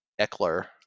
Eckler